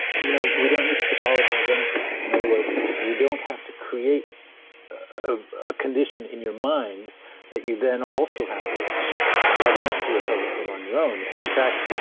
you know, we don't need to pathologize anything. in other words, you don't have to create a condition in your mind that you then also have to recover from. you have enough to recover from on your own. and in fact,